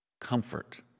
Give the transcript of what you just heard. comfort